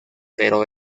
pero